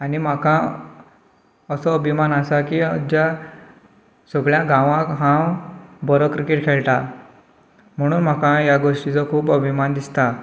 आनी म्हाका असो अभिमान आसा की ज्या सगळ्या गांवांत हांव बरो क्रिकेट खेळटां म्हणून म्हाका ह्या गोश्टीचो खूब अभिमान दिसता